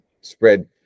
spread